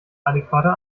adäquater